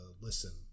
listen